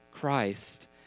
Christ